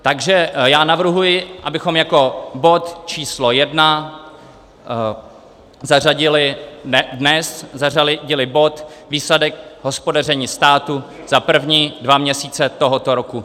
Takže já navrhuji, abychom jako bod číslo jedna zařadili dnes bod Výsledek hospodaření státu za první dva měsíce tohoto roku.